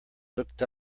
looked